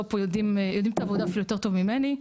פה יודעים את העבודה אפילו יותר טוב ממני,